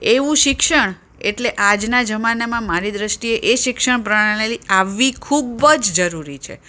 એવું શિક્ષણ એટલે આજના જમાનામાં મારી દૃષ્ટિએ એ શિક્ષણ પ્રણાલી આવવી ખૂબ જ જરૂરી છે